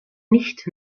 nicht